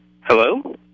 Hello